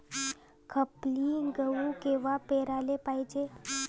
खपली गहू कवा पेराले पायजे?